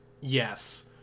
Yes